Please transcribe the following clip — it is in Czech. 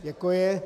Děkuji.